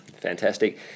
Fantastic